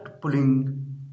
pulling